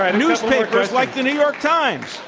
ah newspapers like the new york times.